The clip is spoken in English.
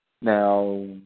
Now